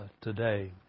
today